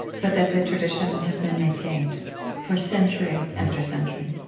but that the tradition has been maintained for century after century.